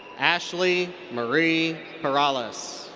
ashley marie perales.